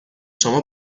شما